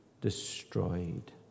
destroyed